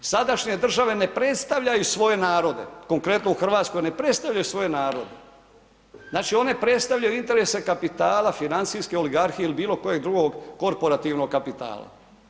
Sadašnje države ne predstavljaju svoje narode, konkretno u Hrvatskoj ne predstavljaju svoje narode, znači one predstavljaju interese kapitala financijske oligarhije ili bilokojeg drugog korporativnog kapitala.